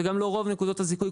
וגם לא רוב נקודות הזיכוי.